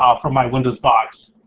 ah from my windows box,